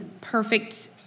perfect